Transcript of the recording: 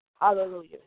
hallelujah